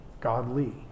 godly